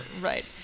Right